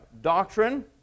doctrine